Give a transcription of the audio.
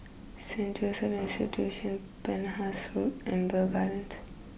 Saint Joseph Institution Penhas Road Amber Gardens